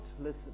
listen